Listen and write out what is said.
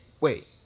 Wait